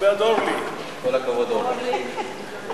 ההצעה להעביר את הצעת חוק המרכז לגביית קנסות,